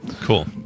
Cool